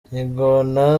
ingona